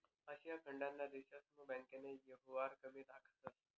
आशिया खंडना देशस्मा बँकना येवहार कमी दखातंस